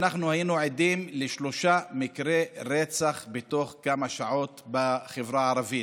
ואנחנו היינו עדים לשלושה מקרי רצח בתוך כמה שעות בחברה הערבית,